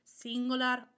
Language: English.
singular